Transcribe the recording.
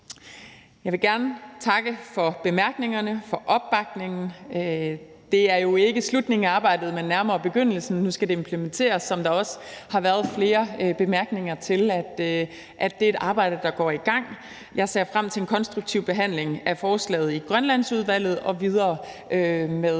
Jeg vil gerne takke for bemærkningerne og for opbakningen. Det er jo ikke slutningen af arbejdet, men nærmere begyndelsen. Nu skal det implementeres, og som der også har været flere bemærkninger om, er det et arbejde, der går i gang. Jeg ser frem til en konstruktiv behandling af forslaget i Grønlandsudvalget og videre frem